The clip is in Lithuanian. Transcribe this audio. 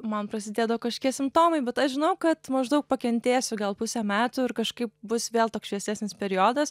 man prasidėdavo kažkokie simptomai bet aš žinau kad maždaug pakentėsiu gal pusę metų ir kažkaip bus vėl toks šviesesnis periodas